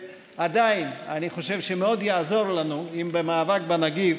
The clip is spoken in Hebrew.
עדיין, אני חושב שמאוד יעזור לנו אם במאבק בנגיף